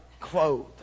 clothed